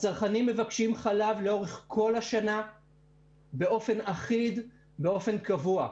הצרכנים מבקשים חלב לאורך כל השנה באופן אחיד ובאופן קבוע.